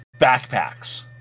backpacks